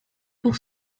pour